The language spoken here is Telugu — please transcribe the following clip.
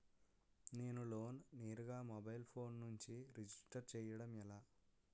నేను లోన్ నేరుగా మొబైల్ ఫోన్ నుంచి రిజిస్టర్ చేయండి ఎలా?